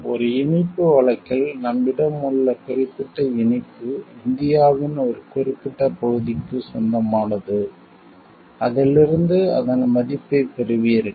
ஒரு இனிப்பு வழக்கில் நம்மிடம் உள்ள குறிப்பிட்ட இனிப்பு இந்தியாவின் ஒரு குறிப்பிட்ட பகுதிக்கு சொந்தமானது அதிலிருந்து அதன் மதிப்பைப் பெறுவீர்கள்